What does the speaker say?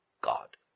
God